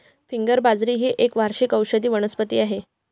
finger बाजरी ही एक वार्षिक औषधी वनस्पती आहे